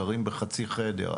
גרים בחצי חדר,